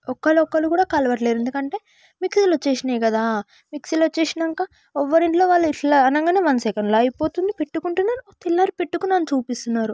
ఒకరికరు కూడా కలవట్లేదు ఎందుకంటే మిక్సీలు వచ్చినాయి కదా మిక్సీలు వచ్చినాక ఎవరి ఇంట్లోవాళ్ళు ఇట్లా అనగా వన్ సెకండ్లులో అయిపోతుంది పెట్టుకుంటున్నారు తెల్లారి పెట్టుకున్నాక చూపిస్తున్నారు